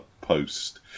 post